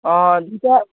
অঁ দুইটা